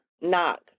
knock